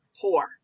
poor